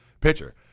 pitcher